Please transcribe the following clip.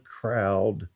crowd